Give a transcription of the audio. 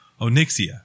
Onyxia